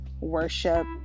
worship